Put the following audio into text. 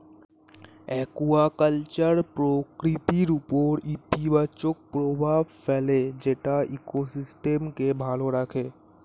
aquaculture প্রকৃতির উপর ইতিবাচক প্রভাব ফেলে যেটা ইকোসিস্টেমকে ভালো রাখে